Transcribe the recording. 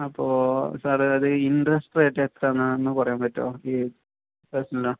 അപ്പോൾ സാറ് അത് interest rate എത്രായാണെന്ന് ഒന്ന് പറയാൻ പറ്റുമോ ഈ പേസ്ണല്ന്